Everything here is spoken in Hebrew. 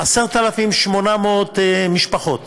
10,800 משפחות